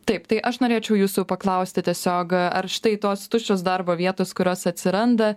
taip tai aš norėčiau jūsų paklausti tiesiog ar štai tos tuščios darbo vietos kurios atsiranda